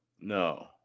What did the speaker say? No